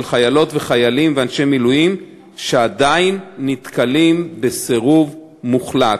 חיילות וחיילים ואנשי מילואים שעדיין נתקלים בסירוב מוחלט.